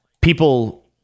people